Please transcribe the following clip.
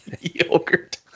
Yogurt